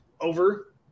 over